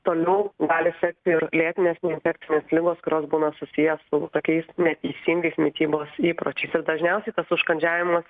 toliau gali sekti ir lėtinės neinfekcinės ligos kurios būna susiję su tokiais neteisingais mitybos įpročiais ir dažniausiai tas užkandžiavimas